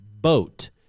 boat